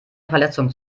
verletzungen